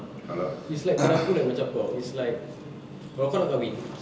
it's like pada aku like macam !wow! it's like kalau kau nak kahwin